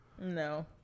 No